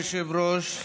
אדוני היושב-ראש,